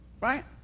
right